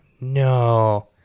No